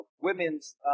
women's